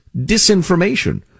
disinformation